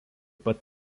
pat